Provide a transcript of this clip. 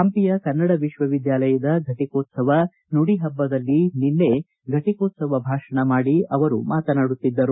ಹಂಪಿಯ ಕನ್ನಡ ವಿಶ್ವವಿದ್ಯಾಲಯದ ಘಟಿಕೋತ್ಸವ ನುಡಿಹಬ್ಬದಲ್ಲಿ ನಿನ್ನೆ ಘಟಿಕೋತ್ಸವ ಭಾಷಣ ಮಾಡಿ ಅವರು ಮಾತನಾಡಿದರು